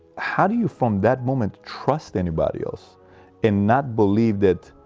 how do you from that moment trust anybody else and not believe that?